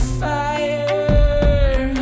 fire